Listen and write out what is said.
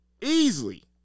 Easily